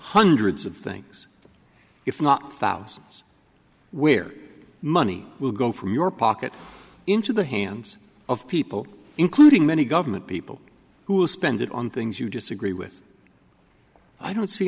hundreds of things if not thousands where money will go from your pocket into the hands of people including many government people who will spend it on things you disagree with i don't see